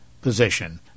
position